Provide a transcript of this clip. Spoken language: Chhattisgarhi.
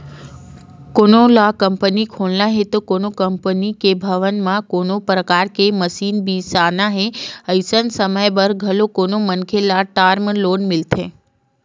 कोनो ल कंपनी खोलना हे ते कोनो कंपनी के भवन म कोनो परकार के मसीन बिसाना हे अइसन समे बर घलो कोनो मनखे ल टर्म लोन मिलथे